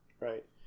Right